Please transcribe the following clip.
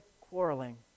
quarreling